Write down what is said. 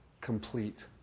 complete